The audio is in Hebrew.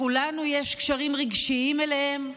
לכולנו יש קשרים רגשיים אליהם,